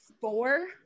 four